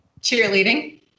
cheerleading